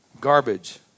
Garbage